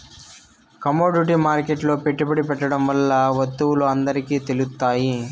commodity మార్కెట్లో పెట్టుబడి పెట్టడం వల్ల వత్తువులు అందరికి తెలుత్తాయి